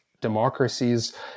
democracies